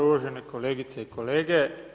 Uvažene kolegice i kolege.